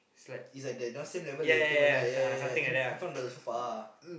is like the you know same level as the table right ya ya ya in in front of the sofa